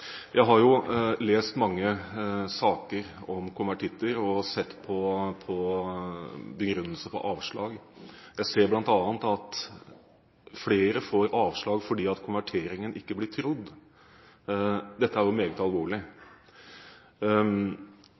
Jeg har lest mange saker om konvertitter og sett på begrunnelser for avslag, og ser bl.a. at flere får avslag fordi konverteringen ikke blir trodd. Dette er meget alvorlig.